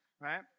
right